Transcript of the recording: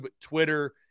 Twitter